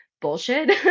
bullshit